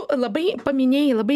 labai paminėjai labai